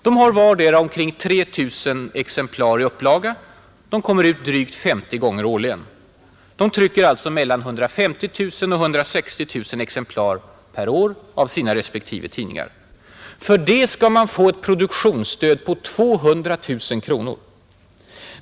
De har vardera omkring 3 000 exemplar i upplaga och kommer ut drygt 50 gånger årligen. De trycker alltså mellan 150 000 och 160 000 exemplar per år av sina respektive tidningar. För det skall de få ett produktionsstöd på 200 000 kronor.